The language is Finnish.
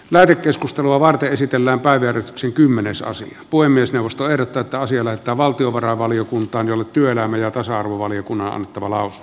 lähetekeskustelua varten esitellään päiväretki kymmenesosa puhemiesneuvosto ehdottaa että asia lähetetään valtiovarainvaliokuntaan jolle työlläni ja tasa arvovaliokunnan kolaus